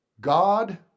God